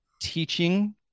teaching